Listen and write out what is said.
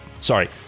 Sorry